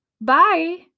Bye